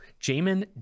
Jamin